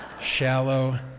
Shallow